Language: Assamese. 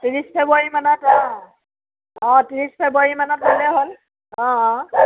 ত্ৰিছ ফেব্ৰুৱাৰী মানত অ অঁ ত্ৰিছ ফেব্ৰুৱাৰী মানত হ'লে হ'ল অঁ অঁ